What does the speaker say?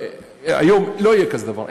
אבל היום לא יהיה כזה דבר.